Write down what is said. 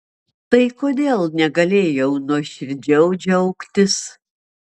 tai kodėl negalėjau nuoširdžiau džiaugtis